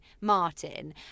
Martin